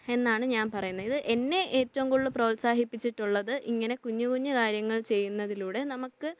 എന്നാണ് ഞാൻ പറയുന്നത് ഇത് എന്നെ ഏറ്റവും കൂടുതല് പ്രോത്സാഹിപ്പിച്ചിട്ടുള്ളത് ഇങ്ങനെ കുഞ്ഞുകുഞ്ഞു കാര്യങ്ങൾ ചെയ്യുന്നതിലൂടെ നമുക്ക്